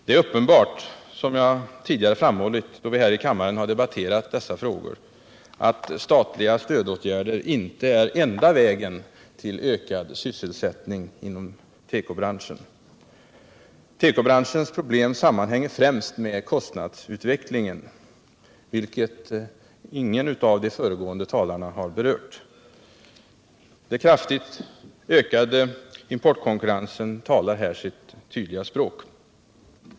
Det är uppenbart — som jag tidigare framhållit då vi här i kammaren debatterat dessa frågor — att statliga stödåtgärder inte är enda vägen till ökad sysselsättning. Tekobranschens problem sammanhänger främst med kost 45 nadsutvecklingen, vilket ingen av de föregående talarna har berört. Den kraftigt ökade importkonkurrensen talar sitt tydliga språk.